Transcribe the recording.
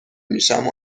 میشم